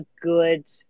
good